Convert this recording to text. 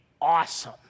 awesome